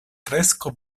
kresko